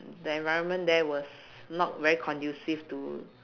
the environment there was not very conducive to